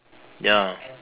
ya